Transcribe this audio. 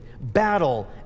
battle